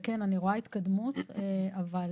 וכן, אני רואה התקדמות, אבל